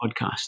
podcast